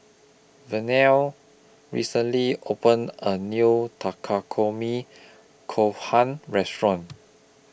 Vernie recently opened A New Takikomi Gohan Restaurant